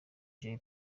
jay